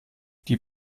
die